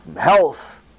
health